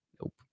nope